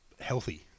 healthy